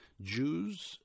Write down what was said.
Jews